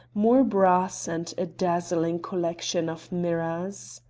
more brass, and a dazzling collection of mirrors.